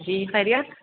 جی خیریت